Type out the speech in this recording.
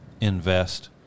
invest